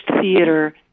theater